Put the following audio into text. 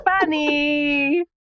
funny